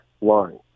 line